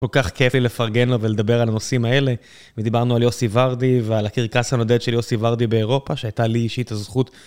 כל כך כיף לי לפרגן לו ולדבר על הנושאים האלה. ודיברנו על יוסי ורדי ועל הקרקס הנודד של יוסי ורדי באירופה, שהייתה לי אישית הזכות.